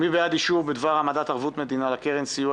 בדבר העמדת ערבות מדינה לקרן סיוע